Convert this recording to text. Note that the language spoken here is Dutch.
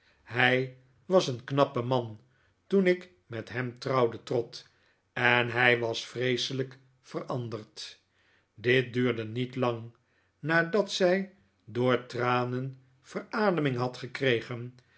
hij was een knappe man toen ik met hem trouwde trot en hij was vreeselijk veranderd dit duurde niet lang nadat zij door tranen verademing had gekregen